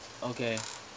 okay